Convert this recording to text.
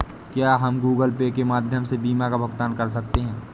क्या हम Google Pay के माध्यम से बीमा का भुगतान कर सकते हैं?